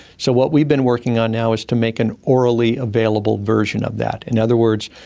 so what we've been working on now is to make an orally available version of that. in other words,